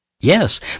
Yes